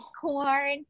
corn